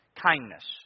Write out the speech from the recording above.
Kindness